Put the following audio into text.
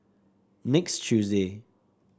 next tuesday